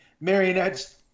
Marionette's